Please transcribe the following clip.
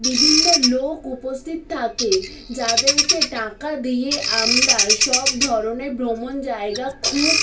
বিভিন্ন লোক উপস্তিত থাকে যাদেরকে টাকা দিয়ে আমরা সব ধরনের ভ্রমণ জায়গা খুব